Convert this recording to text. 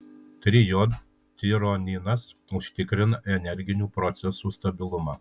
trijodtironinas užtikrina energinių procesų stabilumą